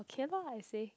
okay lor I say